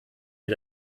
mit